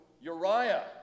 Uriah